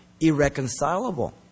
irreconcilable